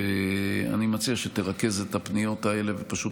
ואני מציע שתרכז את הפניות האלה ופשוט